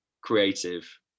creative